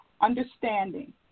understanding